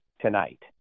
tonight –